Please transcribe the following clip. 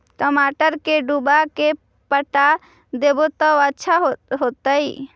टमाटर के डुबा के पटा देबै त अच्छा होतई?